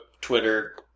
Twitter